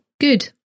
Good